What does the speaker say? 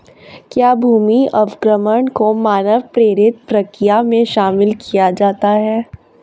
क्या भूमि अवक्रमण को मानव प्रेरित प्रक्रिया में शामिल किया जाता है?